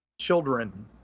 children